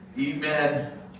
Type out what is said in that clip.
Amen